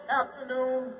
afternoon